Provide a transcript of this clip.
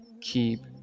keep